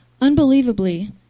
Unbelievably